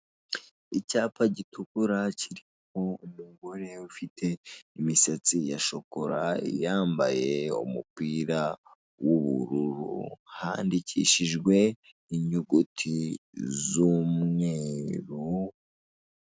Icyapa gitukura kirimo umugore ufite imisatsi ya shokora yambaye umupira w'ubururu handikishijwe inyuguti z'umweru.